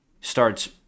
starts